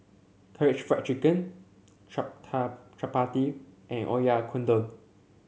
Karaage Fried Chicken Chapati and Oyakodon